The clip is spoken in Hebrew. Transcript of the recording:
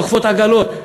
דוחפות עגלות.